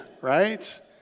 right